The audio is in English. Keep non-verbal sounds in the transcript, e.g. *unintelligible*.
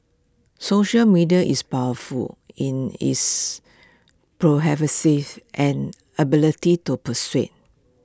social media is powerful in its *unintelligible* and ability to persuade